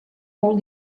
molt